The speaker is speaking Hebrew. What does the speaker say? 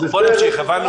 בואו נמשיך.